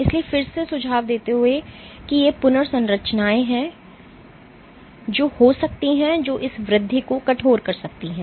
इसलिए फिर से सुझाव देते हुए कि ये पुनर्संरचनाएं हैं जो हो सकती हैं जो इस वृद्धि को कठोर कर सकती हैं